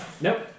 Nope